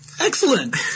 Excellent